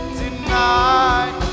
tonight